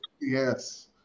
Yes